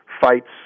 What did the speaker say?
fights